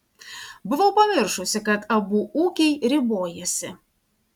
buvau pamiršusi kad abu ūkiai ribojasi